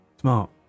Smart